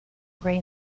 grey